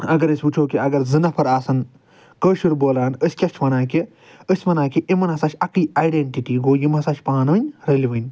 اگر أسۍ وٕچھو کہِ اگر زٕ نفر آسن کٲشُر بولان أسۍ کیٚاہ چھِ ونان کہِ أسۍ ونان کہِ یمن ہسا چھِ اکٕے آٮ۪ڈنٹِٹی گوٚو یِم ہسا چھِ پانہٕ ؤنۍ رلوٕنۍ